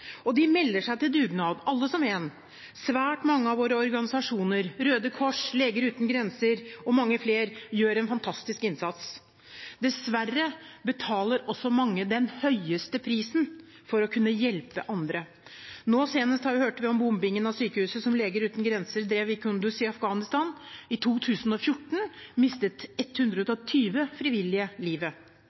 Og de melder seg til dugnad, alle som en. Svært mange av våre organisasjoner – Røde Kors, Leger Uten Grenser og mange flere – gjør en fantastisk innsats. Dessverre betaler også mange den høyeste prisen for å kunne hjelpe andre – nå senest hørte vi om bombingen av sykehuset som Leger Uten Grenser drev i Kunduz i Afghanistan. I 2014 mistet 120 frivillige livet.